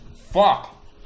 Fuck